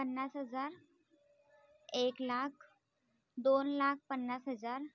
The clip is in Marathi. पन्नास हजार एक लाख दोन लाख पन्नास हजार